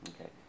Okay